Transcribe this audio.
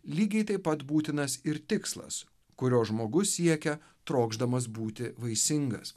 lygiai taip pat būtinas ir tikslas kurio žmogus siekia trokšdamas būti vaisingas